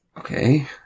Okay